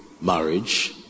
marriage